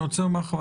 אני רוצה לומר לך,